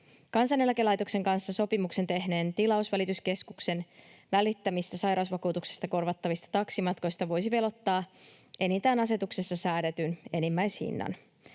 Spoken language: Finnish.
Kansaneläkelaitoksen kanssa sopimuksen tehneen tilausvälityskeskuksen välittämistä sairausvakuutuksesta korvattavista taksimatkoista voisi veloittaa enintään asetuksessa säädetyn enimmäishinnan.